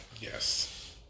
Yes